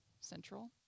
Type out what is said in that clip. central